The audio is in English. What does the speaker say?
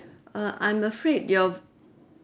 uh I'm afraid your